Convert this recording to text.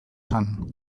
zen